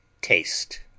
Taste